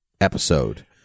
episode